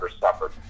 suffered